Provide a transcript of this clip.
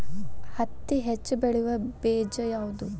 ಹತ್ತಿ ಹೆಚ್ಚ ಬೆಳೆಯುವ ಬೇಜ ಯಾವುದು?